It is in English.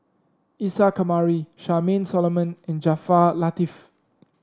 Isa Kamari Charmaine Solomon and Jaafar Latiff